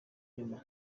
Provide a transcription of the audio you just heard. nyuma